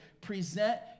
present